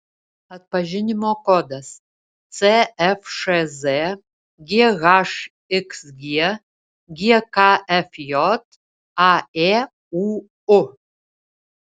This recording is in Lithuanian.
atpažinimo kodas cfšz ghxg gkfj aėūu